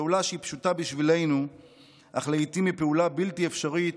פעולה פשוטה בשבילנו אך לעיתים היא פעולה בלתי אפשרית